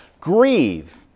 Grieve